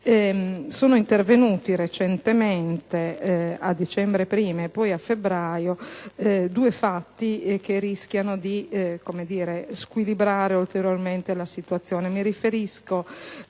sono intervenuti recentemente (prima a dicembre e poi a febbraio) due fatti che rischiano di squilibrare ulteriormente la situazione.